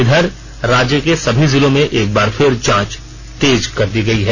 इधर राज्य के सभी जिलों में एक बार फिर जांच तेज कर दी गई है